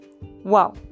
wow